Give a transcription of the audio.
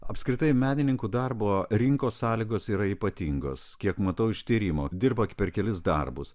apskritai menininkų darbo rinkos sąlygos yra ypatingos kiek matau iš tyrimo dirba per kelis darbus